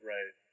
Right